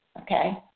Okay